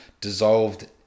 dissolved